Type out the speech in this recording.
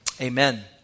amen